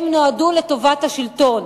שנועדו לטובת השלטון.